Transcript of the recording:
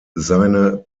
seine